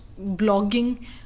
blogging